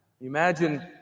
Imagine